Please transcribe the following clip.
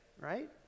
right